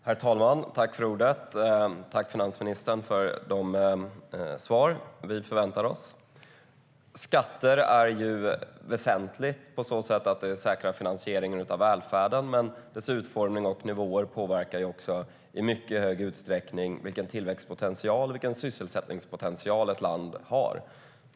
Herr talman! Tack, finansministern, för de svar vi förväntade oss! Skatter är något väsentligt på så sätt att det säkrar finansieringen av välfärden. Men skatternas utformning och nivåer påverkar också i mycket hög utsträckning vilken tillväxtpotential och vilken sysselsättningspotential ett land har.